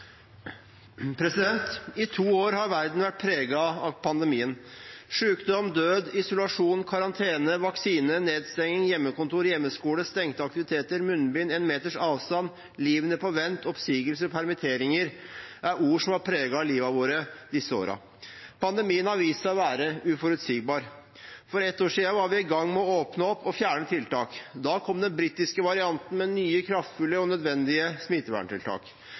I to år har verden vært preget av pandemien. Sykdom, død, isolasjon, karantene, vaksine, nedstengning, hjemmekontor, hjemmeskole, stengte aktiviteter, munnbind, en meters avstand, livet på vent, oppsigelser og permitteringer er ord som har preget livet vårt disse årene. Pandemien har vist seg å være uforutsigbar. For et år siden var vi i gang med å åpne opp og fjerne tiltak. Da kom den britiske varianten med nye kraftfulle og nødvendige